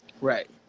Right